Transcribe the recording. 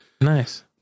nice